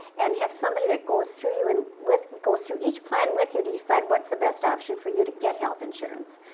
and have somebody that goes through you and with, goes through each plan with you to decide what's the best option for you to get health insurance.